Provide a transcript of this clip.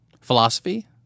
philosophy